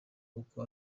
uko